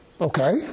okay